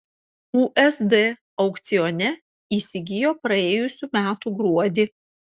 usd aukcione įsigijo praėjusių metų gruodį